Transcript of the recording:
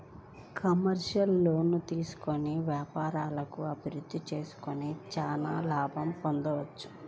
commercial లోన్లు తీసుకొని వ్యాపారాలను అభిరుద్ధి చేసుకొని చానా లాభాలను పొందొచ్చు